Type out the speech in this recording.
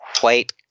white